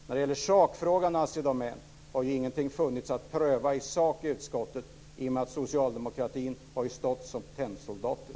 När det gäller sakfrågan Assi Domän har inget funnits att pröva i utskottet i och med att socialdemokraterna har stått som tennsoldater.